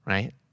Right